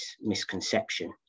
misconception